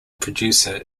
producer